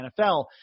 NFL